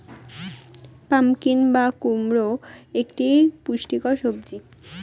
pumpkin বা কুমড়ো একটি পুষ্টিকর সবজি